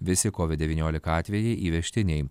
visi covid devyniolika atvejai įvežtiniai